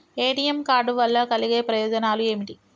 ATM card వల్ల కలిగే ప్రయోజనాలు ఏమిటి?